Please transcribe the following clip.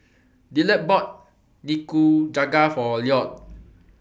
Dillard bought Nikujaga For Lloyd